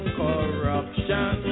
corruption